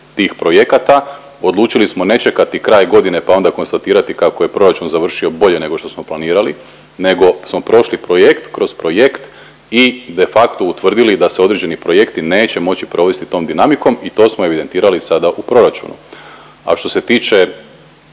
tih projekata odlučili smo ne čekati kraj godine pa onda konstatirati kako je proračun završio bolje nego što smo planirali nego smo prošli projekt kroz projekt i de facto utvrdili da se određeni projekti neće moći provesti tom dinamikom i to smo evidentirali sada u proračunu. A što se tiče